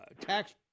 tax